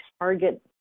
target